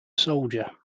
soldier